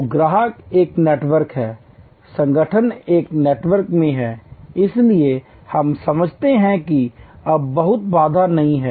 तो ग्राहक एक नेटवर्क है संगठन एक नेटवर्क में हैं इसलिए हम समझते हैं कि अब बहुत बाधा नहीं है